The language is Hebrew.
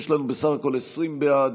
יש לנו בסך הכול 20 בעד,